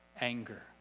anger